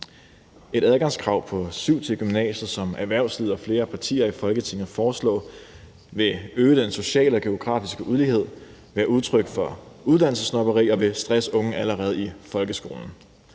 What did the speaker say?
Et adgangskrav på 7 til gymnasiet, som erhvervslivet og flere partier i Folketinget foreslår, vil øge den sociale og geografiske ulighed, være udtryk for uddannelsessnobberi og vil stresse unge allerede i folkeskolen.